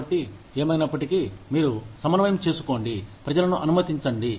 కాబట్టి ఏమైనప్పటికీ మీరు సమన్వయం చేసుకోండి ప్రజలను అనుమతించండి